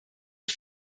und